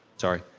sorry,